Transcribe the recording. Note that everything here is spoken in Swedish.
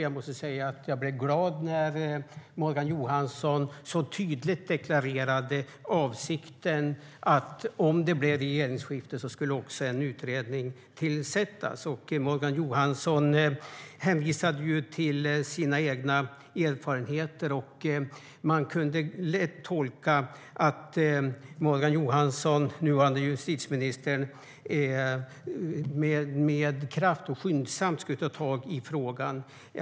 Jag måste säga att jag blev glad när Morgan Johansson så tydligt deklarerade avsikten att, om det blev regeringsskifte, tillsätta en utredning. Morgan Johansson hänvisade till sina egna erfarenheter, och man kunde lätt tolka det som att Morgan Johansson, nuvarande justitieministern, med kraft och skyndsamt skulle ta tag i frågan.